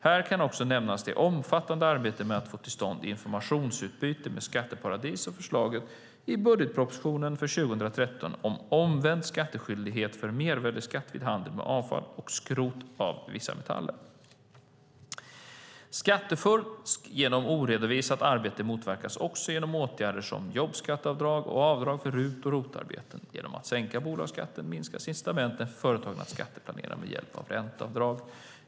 Här kan också nämnas det omfattande arbetet med att få till stånd informationsutbyte med skatteparadis och förslaget i budgetpropositionen för 2013 om omvänd skattskyldighet för mervärdesskatt vid handel med avfall och skrot av vissa metaller. Skattefusk genom oredovisat arbete motverkas också genom åtgärder som jobbskatteavdraget och avdragen för RUT och ROT-arbete. Genom att sänka bolagsskatten minskas incitamenten för företagen att skatteplanera med hjälp av ränteavdrag.